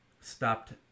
stopped